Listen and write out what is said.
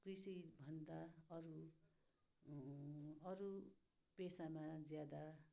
कृषिभन्दा अरू अरू पेसामा ज्यादा